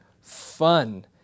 fun